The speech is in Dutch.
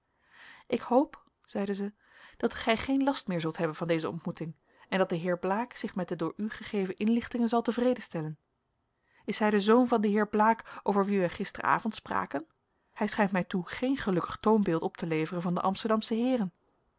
ik hoop zeide zij dat gij geen last meer zult hebben van deze ontmoeting en dat de heer blaek zich met de door u gegeven inlichtingen zal tevreden stellen is hij de zoon van den heer blaek over wien wij gisteravond spraken hij schijnt mij toe geen gelukkig toonbeeld op te leveren van de amsterdamsche heeren